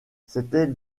c’était